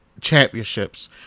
championships